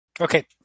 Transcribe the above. Okay